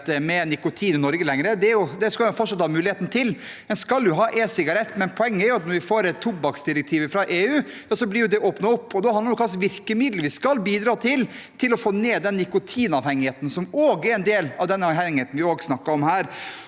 med nikotin i Norge: Det skal man fortsatt ha mulighet til, en skal jo ha e-sigaretter. Poenget er at når vi får et tobakksdirektiv fra EU, blir det åpnet opp, og da handler det om hva slags virkemidler vi skal ha for å få ned den nikotinavhengigheten som også er en del av den avhengigheten vi snakker om her.